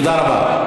תודה רבה.